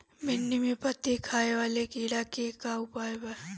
भिन्डी में पत्ति खाये वाले किड़ा के का उपाय बा?